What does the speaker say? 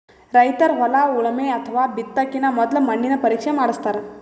ರೈತರ್ ಹೊಲ ಉಳಮೆ ಅಥವಾ ಬಿತ್ತಕಿನ ಮೊದ್ಲ ಮಣ್ಣಿನ ಪರೀಕ್ಷೆ ಮಾಡಸ್ತಾರ್